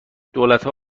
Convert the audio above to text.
دولتها